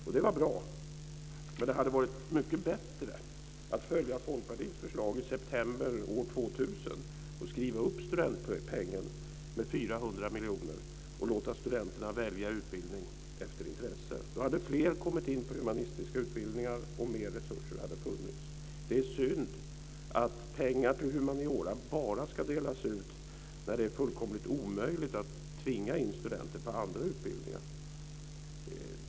Och det var bra, men det hade varit mycket bättre att följa Folkpartiets förslag i september år 2000 och skriva upp studentpengen med 400 miljoner och låta studenterna välja utbildning efter intresse. Då hade fler kommit in på humanistiska utbildningar, och mer resurser hade funnits. Det är synd att pengar till humaniora ska delas ut bara när det är fullkomligt omöjligt att tvinga in studenter på andra utbildningar.